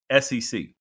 SEC